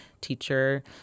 teacher